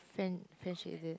friend friendship is it